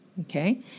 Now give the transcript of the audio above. okay